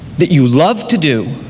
that you love to do,